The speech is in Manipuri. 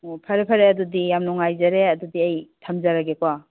ꯑꯣ ꯐꯔꯦ ꯐꯔꯦ ꯑꯗꯨꯗꯤ ꯌꯥꯝ ꯅꯨꯉꯥꯏꯖꯔꯦ ꯑꯗꯨꯗꯤ ꯑꯩ ꯊꯝꯖꯔꯒꯦꯀꯣ